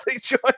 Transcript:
join